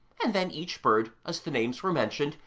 and then each bird, as the names were mentioned,